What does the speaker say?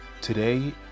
today